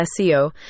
SEO